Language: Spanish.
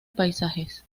paisajes